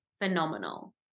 phenomenal